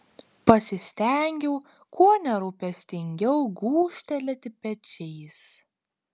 pasistengiau kuo nerūpestingiau gūžtelėti pečiais